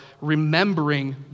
remembering